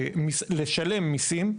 לשלם מיסים,